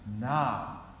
Now